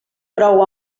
prou